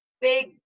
big